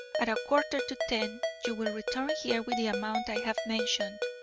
at a quarter to ten, you will return here with the amount i have mentioned,